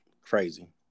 crazy